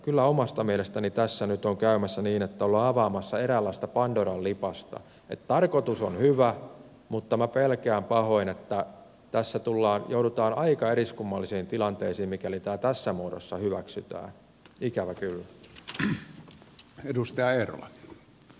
kyllä omasta mielestäni tässä nyt on käymässä niin että ollaan avaamassa eräänlaista pandoran lipasta että tarkoitus on hyvä mutta minä pelkään pahoin että tässä joudutaan aika eriskummallisiin tilanteisiin mikäli tämä tässä muodossa hyväksytään ikävä kyllä